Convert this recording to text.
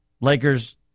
Lakers